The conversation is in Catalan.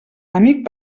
amic